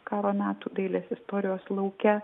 karo metų dailės istorijos lauke